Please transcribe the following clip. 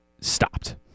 stopped